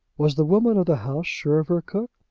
was the woman of the house sure of her cook?